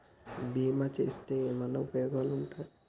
బీమా చేస్తే ఏమన్నా ఉపయోగాలు ఉంటయా?